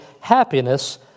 happiness